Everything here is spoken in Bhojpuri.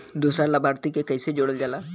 दूसरा लाभार्थी के कैसे जोड़ल जाला?